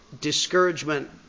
discouragement